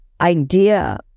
idea